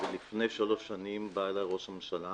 לפני שלוש שנים בא אליי ראש הממשלה